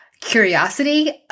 curiosity